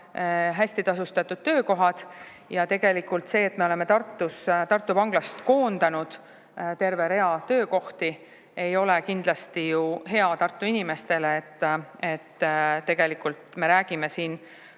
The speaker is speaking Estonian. hästi tasustatud töökohad. Tegelikult see, et me oleme Tartu vanglast koondanud terve rea töökohti, ei ole kindlasti ju hea Tartu inimestele. Me räägime siin